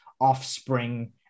offspring